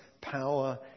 power